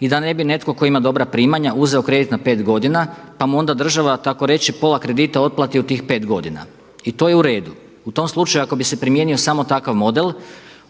i da ne bi netko tko ima dobra primanja uzeo kredit na pet godina pa mu onda država tako reći pola kredita otplati u tih pet godina. I to je uredu, u tom slučaju ako bi se primijenio samo takav model